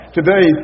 Today